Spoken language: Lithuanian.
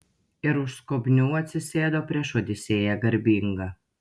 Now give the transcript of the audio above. ir už skobnių atsisėdo prieš odisėją garbingą